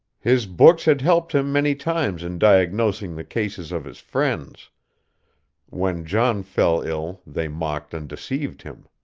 his books had helped him many times in diagnosing the cases of his friends when john fell ill they mocked and deceived him.